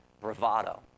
bravado